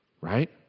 right